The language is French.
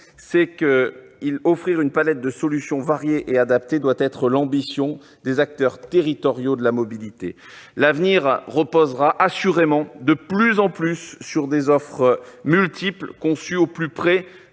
est qu'offrir une palette de solutions variées et adaptées doit être l'ambition des acteurs territoriaux de la mobilité. L'avenir reposera assurément, de plus en plus, sur des offres multiples, conçues au plus près